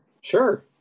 Sure